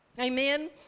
Amen